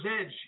edge